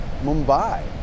Mumbai